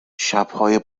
شبهای